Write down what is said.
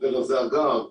המודל הזה, אגב,